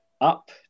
up